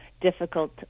difficult